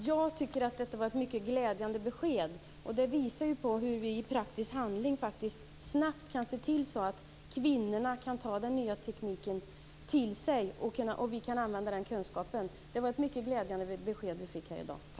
Herr talman! Det var ett mycket glädjande besked. Det visar på hur vi i praktisk handling snabbt kan se till så att kvinnorna kan ta den nya tekniken till sig och använda den kunskapen. Det var ett mycket glädjande besked vi fick här i dag. Tack!